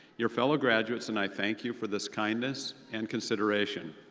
your fellow graduates and i thank you for this kindness and consideration.